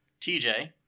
TJ